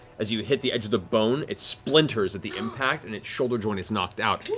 as you hit the edge of the bone, it splinters at the impact, and its shoulder-joint is knocked out.